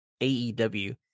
aew